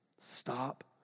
Stop